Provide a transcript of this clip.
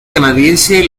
canadiense